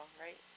right